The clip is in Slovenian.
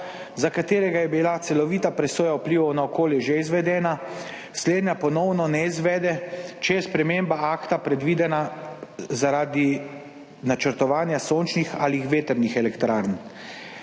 za katerega je bila celovita presoja vplivov na okolje že izvedena, slednja ponovno ne izvede, če je sprememba akta predvidena zaradi načrtovanja sončnih ali vetrnih elektrarn.